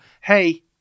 hey